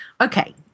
Okay